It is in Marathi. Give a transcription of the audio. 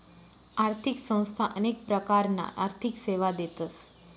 आर्थिक संस्था अनेक प्रकारना आर्थिक सेवा देतस